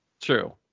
True